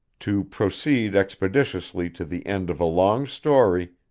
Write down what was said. to proceed expeditiously to the end of a long story,